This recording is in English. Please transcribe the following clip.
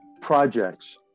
projects